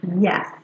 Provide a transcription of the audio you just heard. Yes